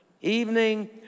evening